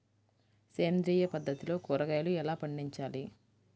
సేంద్రియ పద్ధతిలో కూరగాయలు ఎలా పండించాలి?